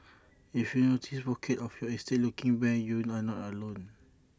if you notice pockets of your estate looking bare you are not alone